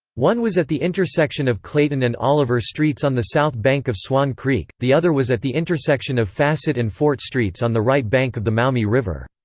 one was at the intersection of clayton and oliver streets on the south bank of swan creek the other was at the intersection of fassett and fort streets on the right bank of the maumee river.